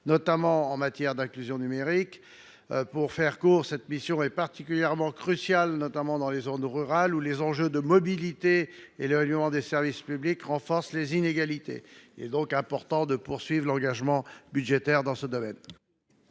notamment en matière d’inclusion numérique. Cette mission est particulièrement cruciale dans les zones rurales, où les enjeux de mobilité et l’éloignement des services publics renforcent les inégalités. Il est donc important de maintenir les engagements budgétaires dans ce domaine.